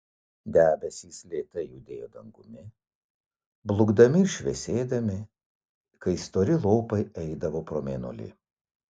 debesys lėtai judėjo dangumi blukdami ir šviesėdami kai stori lopai eidavo pro mėnulį